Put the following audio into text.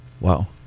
Wow